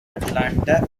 atlanta